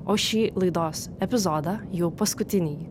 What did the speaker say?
o šį laidos epizodą jau paskutinįjį